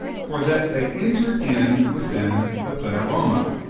for that they enter in within the pleroma,